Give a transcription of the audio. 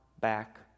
back